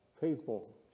people